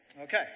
Okay